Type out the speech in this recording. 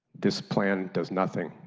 this plan does nothing.